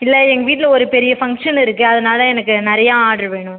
இல்லை எங்கள் வீட்டில் ஒரு பெரிய ஃபங்க்ஷன் இருக்குது அதனால் எனக்கு நிறையா ஆர்டர் வேணும்